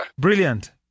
Brilliant